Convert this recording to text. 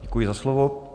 Děkuji za slovo.